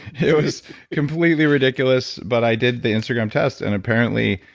it was completely ridiculous, but i did the instagram test, and apparently,